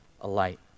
alight